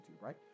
right